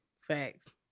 Facts